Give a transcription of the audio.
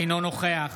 אינו נוכח